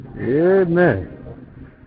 Amen